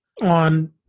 On